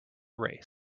race